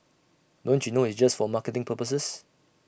don't you know it's just for marketing purposes